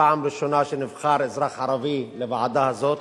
פעם ראשונה שנבחר אזרח ערבי לוועדה הזאת.